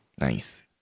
Nice